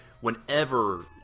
whenever